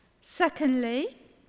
Secondly